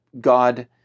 God